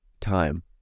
time